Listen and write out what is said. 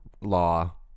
law